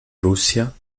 russia